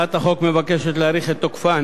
הצעת החוק מבקשת להאריך את תוקפן